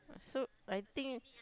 so I think